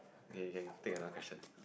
okay you can take another question